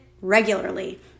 regularly